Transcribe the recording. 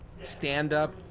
stand-up